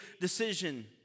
decision